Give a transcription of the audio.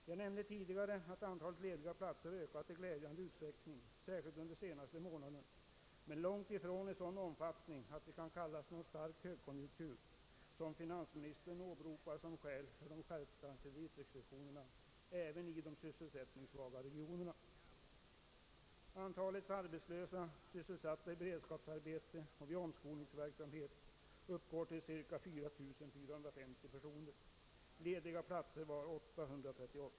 Jag nämnde tidigare att antalet lediga platser ökat i glädjande utsträckning, särskilt under den senaste månaden, men långt ifrån i sådan omfattning att det kan sägas vara någon stark högkonjunktur, som finansministern åberopar som skäl för de skärpta kreditrestriktionerna även i de sysselsättningssvaga regionerna.